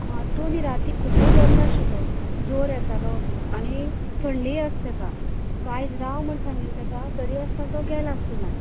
हां तो न्ही राती खूब्ब बरो नाशिल्लो जोर येतालो आनी थंडी आसा तेका सो आयज राव म्हण सांगिल्लें तेका तरी आसतना तो गेला स्कुलांत